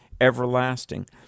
everlasting